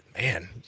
man